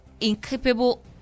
incapable